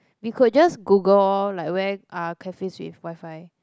we could just Google lor like where are cafes with Wi-Fi